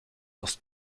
erst